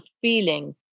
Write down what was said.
feeling